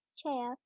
chair